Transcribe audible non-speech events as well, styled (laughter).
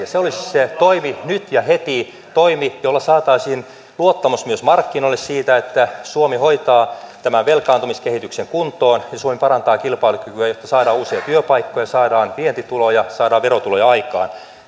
(unintelligible) se olisi se toimi nyt ja heti toimi jolla saataisiin luottamus myös markkinoille siitä että suomi hoitaa tämän velkaantumiskehityksen kuntoon ja parantaa kilpailukykyä jotta saadaan uusia työpaikkoja saadaan vientituloja saadaan verotuloja aikaan